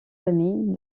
ami